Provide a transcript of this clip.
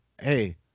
hey